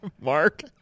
Mark